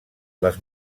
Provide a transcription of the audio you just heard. les